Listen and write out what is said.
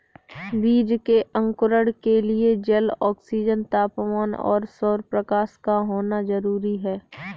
बीज के अंकुरण के लिए जल, ऑक्सीजन, तापमान और सौरप्रकाश का होना जरूरी है